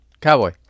Cowboy